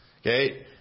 okay